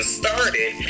started